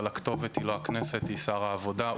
אבל הכתובת היא לא הכנסת אלא שר העבודה,